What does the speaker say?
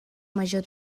major